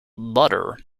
butter